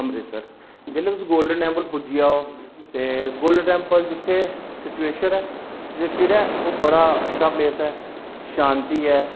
जेल्ले तुस Golden Temple पुज्जी जाओ ते गोल्डन टैम्पल जित्थे सिचुएशन ऐ सिचुएटड़ ऐ ओह् बड़ा अच्छा प्लेस ऐ शांति ऐ